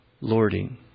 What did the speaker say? lording